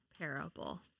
parable